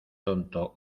tonto